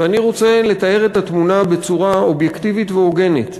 ואני רוצה לתאר את התמונה בצורה אובייקטיבית והוגנת,